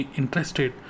interested